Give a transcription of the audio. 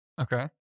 Okay